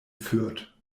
fürth